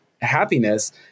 happiness